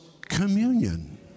communion